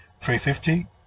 350